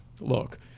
look